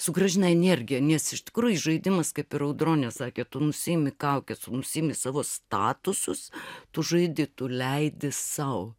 sugrąžina energiją nes iš tikrųjų žaidimas kaip ir audronė sakė tu nusiimi kaukę tu nusiimi savo statusus tu žaidi tu leidi sau